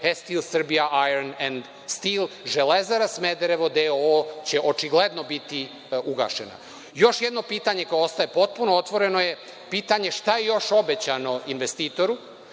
„Hestil Srbija – iron and steel“. „Železara Smederevo“ d.o.o. će očigledno biti ugašena. Još jedno pitanje koje postaje potpuno otvoreno je pitanje – šta je još obećano investitoru,